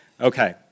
Okay